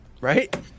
right